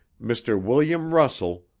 mr. william russell,